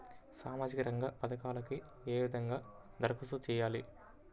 సామాజిక రంగ పథకాలకీ ఏ విధంగా ధరఖాస్తు చేయాలి?